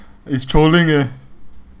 it's trolling eh